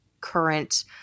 current